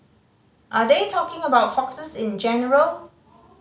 are they talking about foxes in general